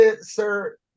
sir